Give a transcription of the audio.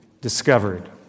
discovered